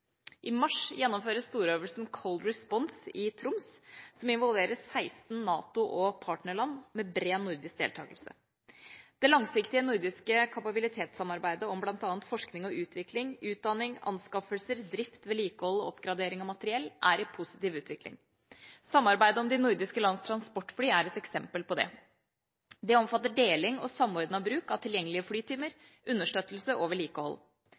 I mars gjennomføres storøvelsen Cold Response i Troms som involverer 16 NATO- og partnerland med bred nordisk deltakelse. Det langsiktige nordiske kapabilitetssamarbeidet om bl.a. forskning og utvikling, utdanning, anskaffelser, drift, vedlikehold og oppgradering av materiell er i positiv utvikling. Samarbeidet om de nordiske lands transportfly er et eksempel på det. Det omfatter deling og samordnet bruk av tilgjengelige flytimer, understøttelse og vedlikehold.